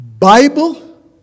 Bible